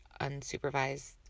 unsupervised